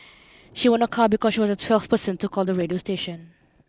she won a car because she was the twelfth person to call the radio station